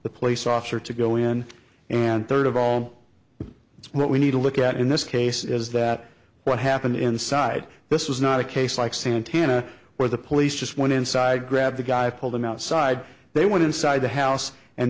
the police officer to go in and third of all what we need to look at in this case is that what happened inside this was not a case like santana where the police just went inside grabbed the guy pulled him outside they went inside the house and